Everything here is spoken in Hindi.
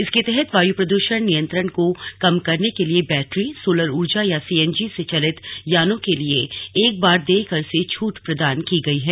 इसके तहत वायु प्रद्रषण नियंत्रण को कम करने के लिए बैटरी सोलर ऊर्जा या सीएनजी से चालित यानों के लिए एक बार देय कर से छूट प्रदान की गई है